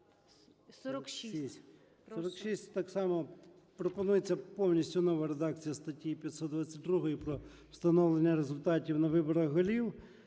– так само пропонується повністю нова редакція статті 522 "Про встановлення результатів на виборах голів".